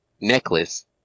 necklace